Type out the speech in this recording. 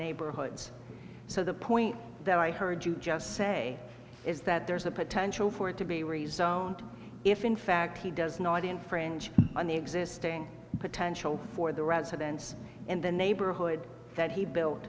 neighborhoods so the point that i heard you just say is that there's the potential for it to be rezoned if in fact he does not infringe on the existing potential for the residents in the neighborhood that he built